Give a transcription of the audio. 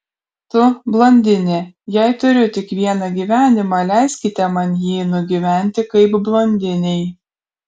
tu blondinė jei turiu tik vieną gyvenimą leiskite man jį nugyventi kaip blondinei